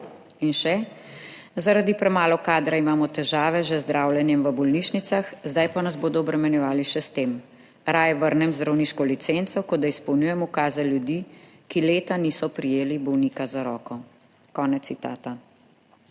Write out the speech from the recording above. In še: »Zaradi premalo kadra imamo težave že z zdravljenjem v bolnišnicah, zdaj pa nas bodo obremenjevali še s tem. Raje vrnem zdravniško licenco, kot da izpolnjujem ukaze ljudi, ki leta niso prijeli bolnika za roko.« Konec citata.